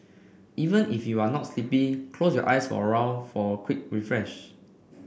even if you are not sleepy close your eyes for a while for quick refresh